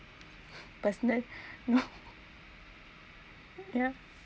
personal ya